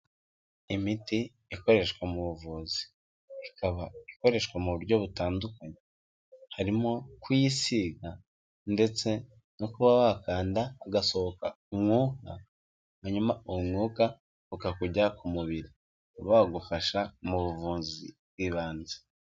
Imiti ikoreshwa mu buvuzi ikaba ikoreshwa mu buryo butandukanye, harimo kuyisiga ndetse no kuba wakanda hagasohoka umwuka hanyuma uwo mwuka ukakujya ku mubiri, ukaba wagufasha mu buvuzi bw'ibanze.